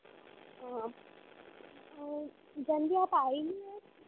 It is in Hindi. हाँ जानवी आप आए नहीं आज